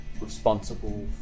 responsible